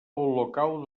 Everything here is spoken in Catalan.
olocau